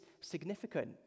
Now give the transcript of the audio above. significant